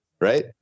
right